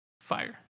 fire